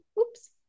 oops